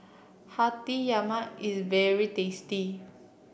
Hati Yama is very tasty